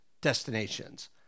destinations